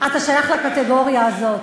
אתה שייך לקטגוריה הזאת.